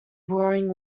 roaring